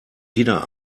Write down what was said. wieder